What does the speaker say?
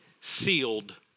sealed